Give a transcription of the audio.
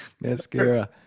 mascara